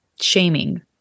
shaming